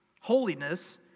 Holiness